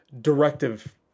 Directive